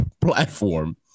platform